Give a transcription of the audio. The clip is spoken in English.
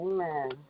Amen